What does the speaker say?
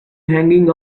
hanging